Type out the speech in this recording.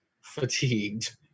fatigued